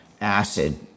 acid